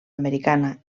americana